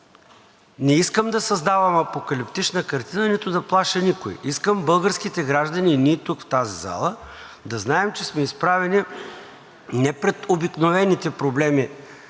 Не искам да създавам апокалиптична картина, нито да плаша. Искам българските граждани и ние тук, в тази зала, да знаем, че сме изправени не пред обикновените проблеми,